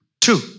two